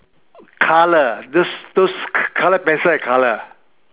color those those color pencil ai color ah